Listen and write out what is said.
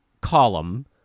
column